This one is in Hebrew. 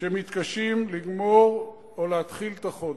שמתקשים לגמור או להתחיל את החודש.